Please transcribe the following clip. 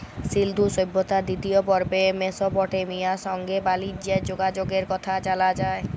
সিল্ধু সভ্যতার দিতিয় পর্বে মেসপটেমিয়ার সংগে বালিজ্যের যগাযগের কথা জালা যায়